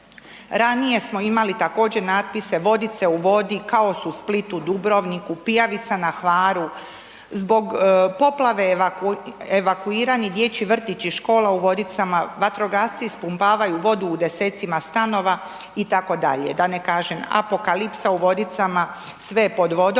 ranije smo imali također, natpise Vodice u vodi, kaos u Splitu, Dubrovniku, pijavica na Hvaru, zbog poplave evakuirani dječji vrtići, škola u Vodicama, vatrogasci ispumpavaju vodu u desecima stanova, itd., da ne kažem, apokalipsa u Vodicama, sve je pod vodom.